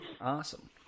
Awesome